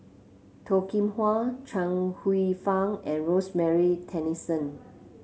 Toh Kim Hwa Chuang Hsueh Fang and Rosemary Tessensohn